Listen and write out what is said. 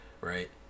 right